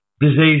disease